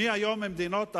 מי היום במדינות ערב,